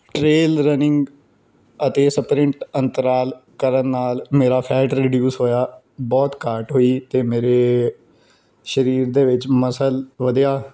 trail running ਅਤੇ sprint ਅੰਤਰਾਲ ਕਰਨ ਨਾਲ ਮੇਰਾ ਫੈਟ ਰਿਡਿਊਸ ਹੋਇਆ ਬਹੁਤ ਘਾਟ ਹੋਈ ਅਤੇ ਮੇਰੇ ਸਰੀਰ ਦੇ ਵਿੱਚ ਮਸਲ ਵਧਿਆ